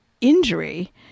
injury